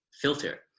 filter